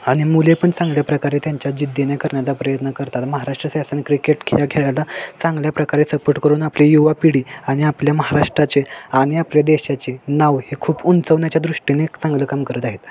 आणि मुले पण चांगल्या प्रकारे त्यांच्या जिद्दीने करण्याचा प्रयत्न करतात महाराष्ट्र शासन क्रिकेट या खेळाला चांगल्या प्रकारे सपोर्ट करून आपली युवा पिढी आणि आपल्या महाराष्ट्राचे आणि आपल्या देशाचे नाव हे खूप उंचावण्याच्या दृष्टीने एक चांगलं काम करत आहेत